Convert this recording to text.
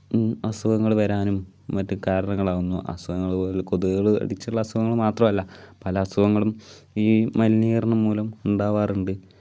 അസുഖങ്ങൾ വരാനും മറ്റു കരണങ്ങളാകുന്നു അസുഖങ്ങൾ പോൽ കൊതുകുകൾ കടിച്ചുള്ള അസുഖങ്ങൾ മാത്രമല്ല പല അസുഖങ്ങളും ഈ മലിനീകരണം മൂലം ഉണ്ടാകാറുണ്ട്